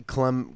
Clem